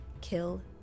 Kill